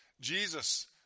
Jesus